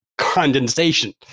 condensation